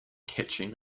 catching